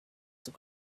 that